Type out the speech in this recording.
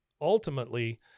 ultimately